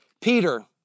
Peter